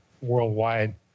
worldwide